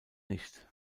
nicht